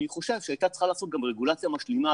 אני חושב שהיא הייתה צריכה לעשות גם רגולציה משלימה,